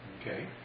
Okay